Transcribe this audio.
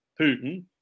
Putin